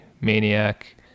maniac